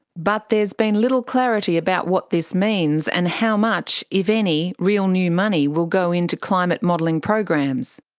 but there's been little clarity about what this means, and how much, if any, real new money will go into climate modelling programs.